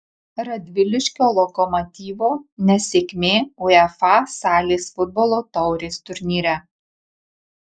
radviliškio lokomotyvo nesėkmė uefa salės futbolo taurės turnyre